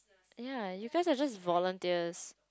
ya you guys are just volunteers